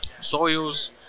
soils